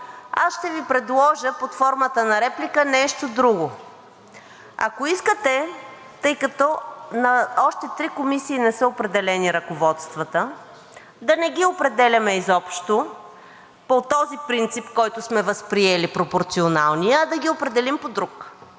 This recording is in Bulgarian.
аз ще Ви предложа под формата на реплика нещо друго. Ако искате, тъй като още на три комисии ръководствата не са определени, да не ги определяме изобщо по този принцип, който сме възприели – пропорционалния, а да ги определим по друг